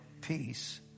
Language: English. peace